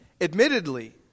admittedly